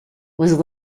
was